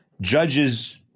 judges